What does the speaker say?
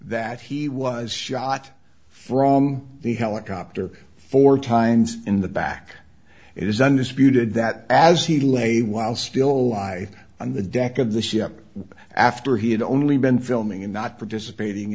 that he was shot from the helicopter four times in the back it is undisputed that as he lay while still alive on the deck of the ship after he had only been filming and not participating